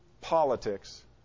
politics